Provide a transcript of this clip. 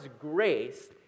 grace